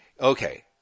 Okay